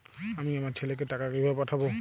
আমি আমার ছেলেকে টাকা কিভাবে পাঠাব?